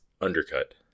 undercut